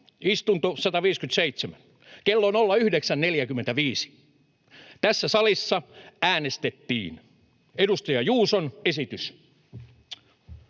istunto 157, kello 09.45 tässä salissa äänestettiin edustaja Juuson esitys: